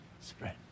Spread